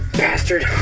bastard